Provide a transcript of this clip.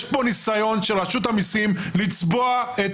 יש פה ניסיון של רשות המסים לצבוע את